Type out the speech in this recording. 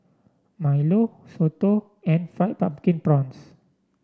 milo soto and Fried Pumpkin Prawns